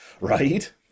right